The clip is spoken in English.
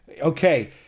okay